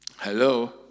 Hello